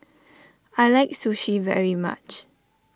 I like Sushi very much